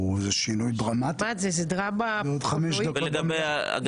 איזה שינוי דרמטי, זה עוד חמש דקות במליאה.